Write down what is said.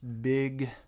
big